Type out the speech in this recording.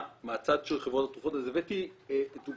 מהצד של חברות התרופות אז הבאתי דוגמאות,